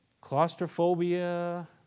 Claustrophobia